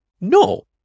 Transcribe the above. No